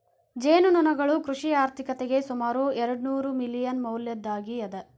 ಜೇನುನೊಣಗಳು ಕೃಷಿ ಆರ್ಥಿಕತೆಗೆ ಸುಮಾರು ಎರ್ಡುನೂರು ಮಿಲಿಯನ್ ಮೌಲ್ಯದ್ದಾಗಿ ಅದ